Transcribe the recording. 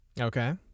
Okay